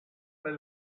per